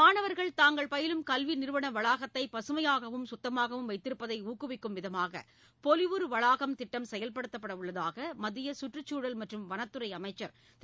மாணவர்கள் தாங்கள் பயிலும் கல்வி நிறுவன வளாகத்தை பசுமையாகவும் சுத்தமாகவும் வைத்திருப்பதை ஊக்குவிக்கும் விதமாக பொலிவுறு வளாகம் திட்டம் செயல்படுத்தப்படவுள்ளதாக மத்திய சுற்றுச்சூழல் மற்றும் வனத்துறை அமைச்சர் திரு